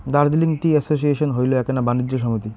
Darjeeling tea association হইল এ্যাকনা বাণিজ্য সমিতি